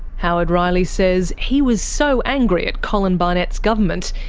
howard riley says he was so angry at colin barnett's government,